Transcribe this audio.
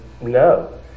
No